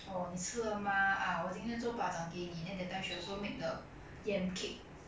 oh 你吃了吗 ah 我今天做 ba zhang 给你 then that time she also make the yam cake